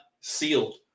sealed